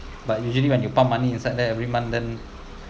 but usually when you pump money inside there every month then